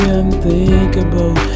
unthinkable